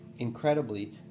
Incredibly